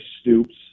Stoops